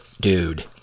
dude